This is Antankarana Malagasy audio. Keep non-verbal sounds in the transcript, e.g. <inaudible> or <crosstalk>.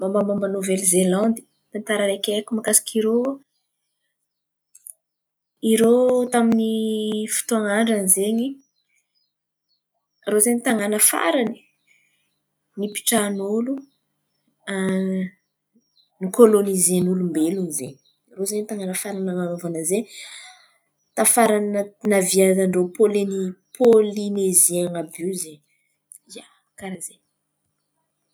Mombamomban'ny ndry Novely zelandy tantara aiko mikasiky irô, irô tamin'ny fotoan̈a andra zen̈y, irô zen̈y tan̈àna farany nipitrahan'olo <hesitation> nikôlônizen'olombelona izen̈y, irô zen̈y tanàn̈a farany nanan̈ovana zen̈y tafara na- naviezan'ny pôlôni- pôlineziaina àby iô zen̈y, ia, karàha zen̈y.